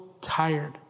tired